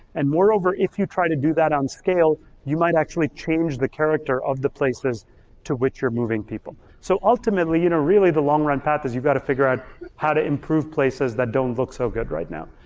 and moreover, if you try to do that on scale, you might actually change the character of the places to which you're moving people. so ultimately, you know really the long run path is you've gotta figure out how to improve places that don't look so good right now.